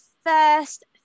first